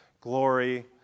glory